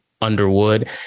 Underwood